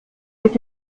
mit